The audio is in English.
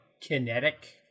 kinetic